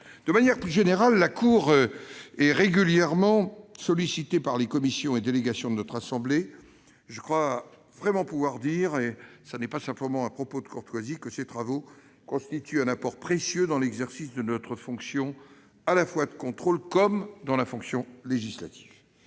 De manière plus générale, la Cour est régulièrement sollicitée par les commissions et délégations de notre assemblée, et je crois pouvoir dire- ce n'est pas simplement un propos de courtoisie -que ses travaux constituent un apport précieux dans l'exercice de notre fonction de contrôle comme de notre fonction législative.